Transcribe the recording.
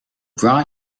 brought